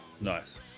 nice